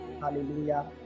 Hallelujah